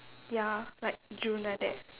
ya like June like that